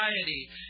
society